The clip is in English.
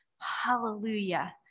Hallelujah